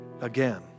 again